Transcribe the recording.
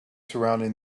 surrounding